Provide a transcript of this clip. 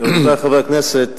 רבותי חברי הכנסת,